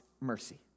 mercy